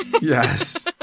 Yes